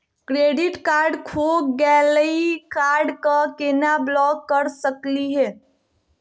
Credit card खो गैली, card क केना ब्लॉक कर सकली हे?